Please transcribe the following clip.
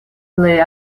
plej